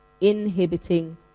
inhibiting